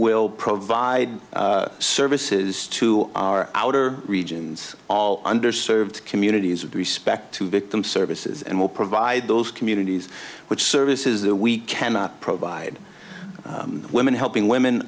will provide services to our outer regions under served communities with respect to victim services and will provide those communities which services that we cannot provide women helping women